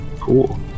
Cool